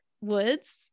woods